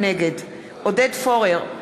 נגד עודד פורר,